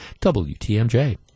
WTMJ